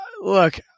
look